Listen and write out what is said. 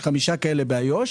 יש חמישה כאלה באיו"ש,